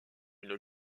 une